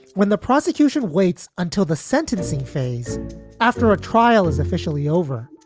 when the prosecution waits until the sentencing phase after a trial is officially over.